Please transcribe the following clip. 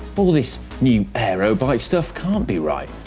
all this new aero bike stuff can't be right.